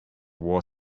wore